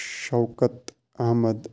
Shaukat Ahmad